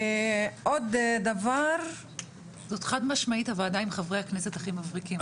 זאת חד משמעית הוועדה עם חברי הכנסת הכי מבריקים.